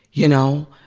you know?